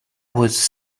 was